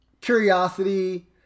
Curiosity